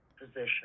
position